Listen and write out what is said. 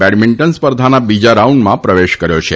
badminton સ્પર્ધાના બીજા રાઉન્ડમાં પ્રવેશ કર્યો છે